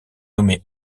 nommé